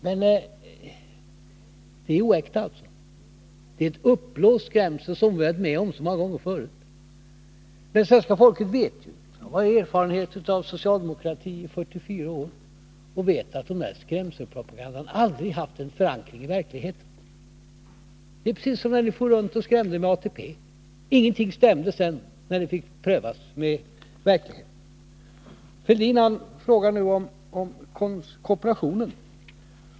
Men det är alltså en oäkta, en uppblåst skrämsel — en sådan som vi har varit med om så många gånger förut. Men svenska folket har 44 års erfarenhet av socialdemokratin och vet att den där skrämselpropagandan aldrig har haft någon förankring i verkligheten. Det är precis som när ni for runt och skrämde med ATP — ingenting stämde sedan, när förslaget fick prövas i verkligheten. Thorbjörn Fälldin frågar nu om kooperationen.